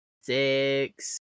six